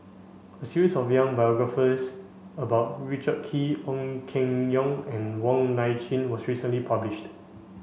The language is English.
a series of biographies about Richard Kee Ong Keng Yong and Wong Nai Chin was recently published